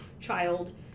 child